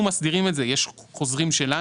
אנחנו מסדירים את זה; יש חוזרים שלנו,